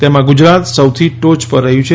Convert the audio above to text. તેમાં ગુજરાત સૌથી ટોચ પર રહ્યું છે